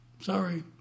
Sorry